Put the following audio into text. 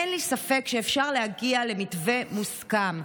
אין לי ספק שאפשר להגיע למתווה מוסכם.